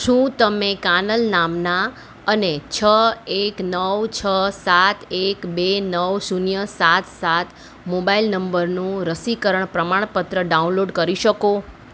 શું તમે કાનલ નામના અને છ એક નવ છ સાત એક બે નવ શૂન્ય સાત સાત મોબાઈલ નંબરનું રસીકરણ પ્રમાણપત્ર ડાઉનલોડ કરી શકો